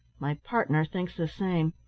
my partner thinks the same.